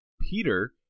Peter